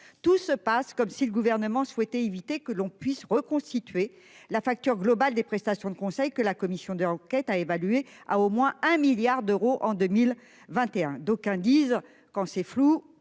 Tout se passe comme si le gouvernement souhaitait éviter que l'on puisse reconstituer la facture globale des prestations de conseil que la commission d'enquête a évalué à au moins 1 milliard d'euros en 2021. D'aucuns disent, quand c'est flou.